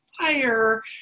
fire